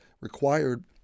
required